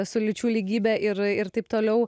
su lyčių lygybe ir ir taip toliau